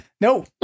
No